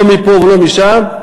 לא מפה ולא משם,